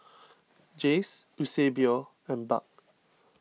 Jayce Eusebio and Buck